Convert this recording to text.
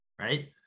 right